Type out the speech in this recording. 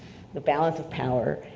the balance of power,